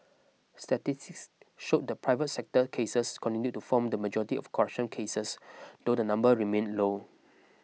statistics showed that private sector cases continued to form the majority of corruption cases though the number remained low